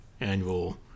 annual